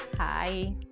Hi